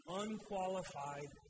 unqualified